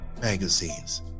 magazines